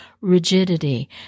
rigidity